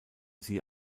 sie